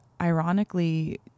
ironically